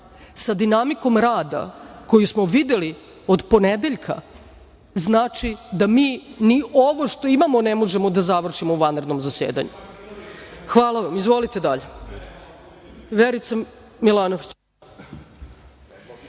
sa dinamikom rada koju smo videli od ponedeljka znači da mi ni ovo što imamo ne možemo da završimo u vanrednom zasedanju. Hvala vam. Izvolite dalje. Reč